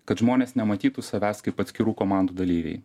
kad žmonės nematytų savęs kaip atskirų komandų dalyviai